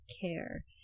care